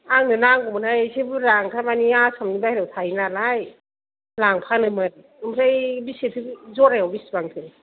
आंनो नांगौमोनहाय एसे बुरजा थारमानि आसामनि बाहेरायाव थायो नालाय लांफानोमोन ओमफ्राय बिसिथो जरायाव बिसिबांथो